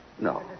No